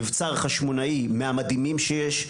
מבצר חשמונאי מהמדהימים שיש,